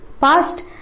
past